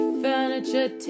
furniture